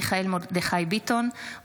מיכאל מרדכי ביטון,